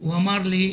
הוא אמר לי,